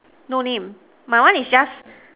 no name my one is just